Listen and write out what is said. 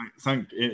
Thank